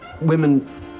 women